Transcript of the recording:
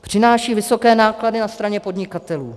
Přináší vysoké náklady na straně podnikatelů.